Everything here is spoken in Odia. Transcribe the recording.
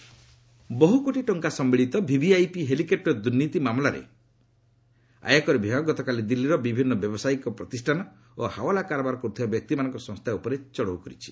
କୋର୍ଟ ଚୋପର୍ ବହ୍ରକୋଟି ଟଙ୍କା ସମ୍ଭଳିତ ଭିଭିଆଇପି ହେଲିକପୁର ଦୁର୍ନୀତି ମାମଲାରେ ଆୟକର ବିଭାଗ ଗତକାଲି ଦିଲ୍ଲୀର ବିଭିନ୍ନ ବ୍ୟବସାୟିକ ପ୍ରତିଷ୍ଠାନ ଓ ହାଓ୍ୱଲା କାରବାର କରୁଥିବା ବ୍ୟକ୍ତିମାନଙ୍କ ସଂସ୍ଥା ଉପରେ ଚଢ଼ଉ କରିଛି